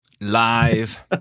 Live